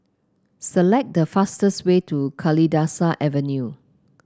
select the fastest way to Kalidasa Avenue